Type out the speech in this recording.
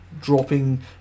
dropping